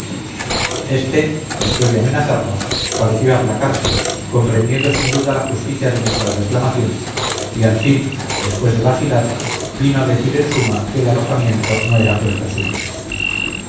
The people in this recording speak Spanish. este después de amenazarnos pareció aplacarse comprendiendo sin duda la justicia de nuestra reclamación y al fin después de vacilar vino a decir en suma que el alojamiento no era cuenta suya